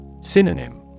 Synonym